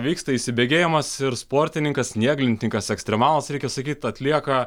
vyksta įsibėgėjimas ir sportininkas snieglentininkas ekstremalas reikia sakyti atlieka